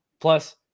plus